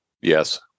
Yes